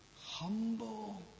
humble